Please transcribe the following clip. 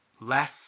less